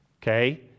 Okay